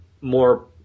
more